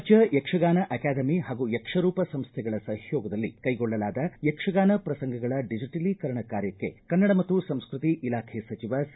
ರಾಜ್ಯ ಯಕ್ಷಗಾನ ಅಕಾದೆಮಿ ಹಾಗೂ ಯಕ್ಷರೂಪ ಸಂಸ್ಟೆಗಳ ಸಹಯೋಗದಲ್ಲಿ ಕೈಗೊಳ್ಳಲಾದ ಯಕ್ಷಗಾನ ಪ್ರಸಂಗಗಳ ಡಿಜಿಬಲೀಕರಣ ಕಾರ್ಯಕ್ಕೆ ಕನ್ನಡ ಮತ್ತು ಸಂಸ್ಕತಿ ಇಲಾಖೆ ಸಚಿವ ಸಿ